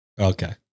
Okay